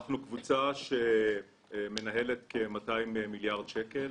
אנחנו קבוצה שמנהלת כ-200 מיליארד שקל.